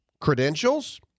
credentials